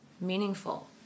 meaningful